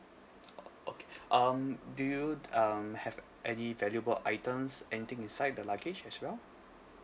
okay um do you um have any valuable items anything inside the luggage as well